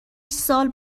سال